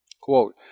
Quote